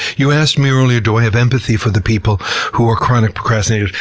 you asked me earlier, do i have empathy for the people who are chronic procrastinators?